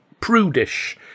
prudish